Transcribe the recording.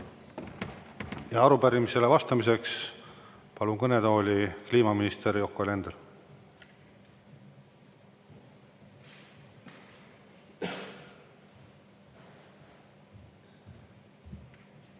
Arupärimisele vastamiseks palun kõnetooli kliimaminister Yoko Alenderi.